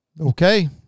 Okay